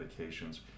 medications